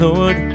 Lord